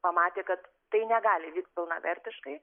pamatė kad tai negali vykt pilnavertiškai